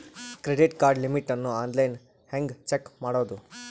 Credit card limit ಅನ್ನು online ಹೆಂಗ್ check ಮಾಡೋದು?